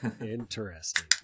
Interesting